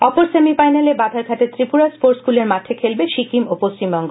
অপর সেমিফাইনালে বাধারঘাটের্ ত্রিপুরা স্পোর্টস স্কুলের মাঠে খেলবে সিকিম ও পশ্চিমবঙ্গ